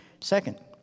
Second